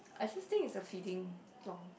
I just think it's a feeling lor